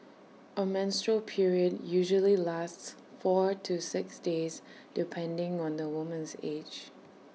A menstrual period usually lasts four to six days depending on the woman's age